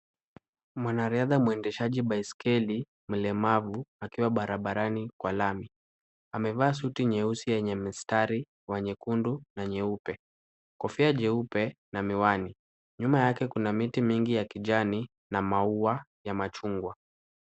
Mwanariadha mwendeshaji baiskeli mlemavu akiwa barabarani kwa lami. Amevaa suti nyeusi yenye mistari wa nyekundu na nyeupe, kofia jeupe na miwani. Nyuma yake kuna miti mingi ya kijani na maua ya machungwa.